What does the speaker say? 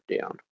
down